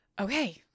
okay